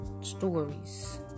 stories